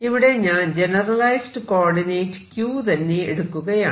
ഇവിടെ ഞാൻ generalized coordinate q തന്നെ എടുക്കുകയാണ്